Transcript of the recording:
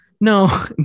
no